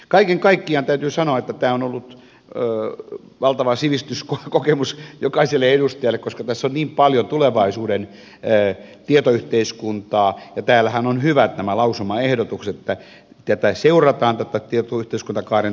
kaiken kaikkiaan täytyy sanoa että tämä on ollut valtava sivistyskokemus jokaiselle edustajalle koska tässä on niin paljon tulevaisuuden tietoyhteiskuntaa ja täällähän ovat hyvät nämä lausumaehdotukset että seurataan tätä tietoyhteiskuntakaaren toimeenpanoa